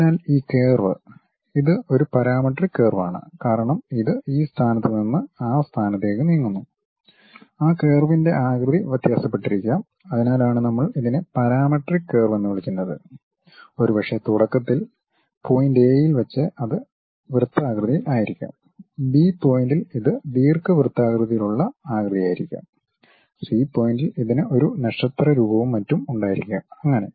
അതിനാൽ ഈ കർവ് ഇത് ഒരു പാരാമെട്രിക് കർവ് ആണ് കാരണം ഇത് ഈ സ്ഥാനത്ത് നിന്ന് ആ സ്ഥാനത്തേക്ക് നീങ്ങുന്നു ആ കർവിന്റെ ആകൃതി വ്യത്യാസപ്പെട്ടിരിക്കാം അതിനാലാണ് നമ്മൾ ഇതിനെ പാരാമെട്രിക് കർവ് എന്ന് വിളിക്കുന്നത് ഒരുപക്ഷേ തുടക്കത്തിൽ പോയിന്റ് എയിൽ വെച്ച് അത് വൃത്താകൃതിയിൽ ആയിരിക്കാം ബി പോയിന്റിൽ ഇത് ദീർഘവൃത്താകൃതിയിലുള്ള ആകൃതിയായിരിക്കാം സി പോയിന്റിൽ ഇതിന് ഒരു നക്ഷത്ര രൂപവും മറ്റും ഉണ്ടായിരിക്കാംഅങ്ങനെ